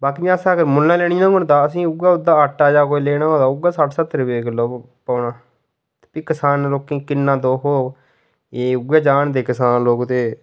बाकी असें अगर मुल्लें लैनी होग तां असेंगी उ'यै ओह्दा आटा जा कोई लैना होए ते उ'यै सट्ठ सह्त्तर रपेऽ किल्लो पौना फ्ही किसान लोकें गी किन्ना दुख होग एह् उयै जानदे कसान लोक ते